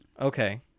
Okay